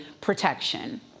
protection